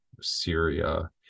syria